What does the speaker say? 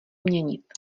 měnit